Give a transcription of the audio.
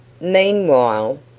Meanwhile